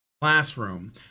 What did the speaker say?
classroom